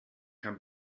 can